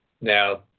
Now